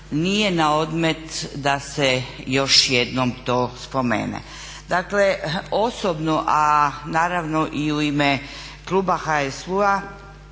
nije na odmet da se to još jednom spomene. Dakle osobno, a naravno i u ime kluba HSU-a